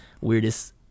weirdest